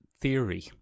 theory